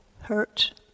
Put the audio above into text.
hurt